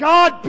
God